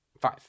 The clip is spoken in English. Five